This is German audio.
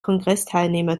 kongressteilnehmer